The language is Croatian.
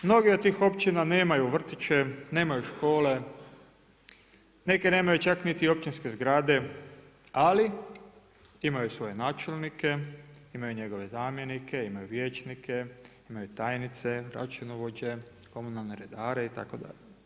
Mnoge od tih općina nemaju vrtiće, nemaju škole, neke nemaju čak niti općinske zgrade ali imaju svoje načelnike, imaju njegove zamjenike, imaju vijećnike, imaju tajnice, računovođe, komunalne redare itd.